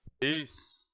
Peace